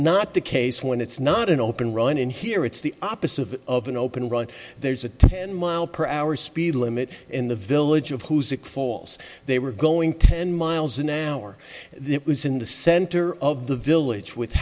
not the case when it's not an open run in here it's the opposite of of an open road there's a ten mile per hour speed limit in the village of whose it falls they were going ten miles an hour it was in the center of the village with